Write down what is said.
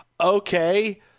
Okay